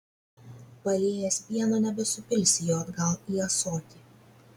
paliejęs pieną nebesupilsi jo atgal į ąsotį